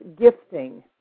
gifting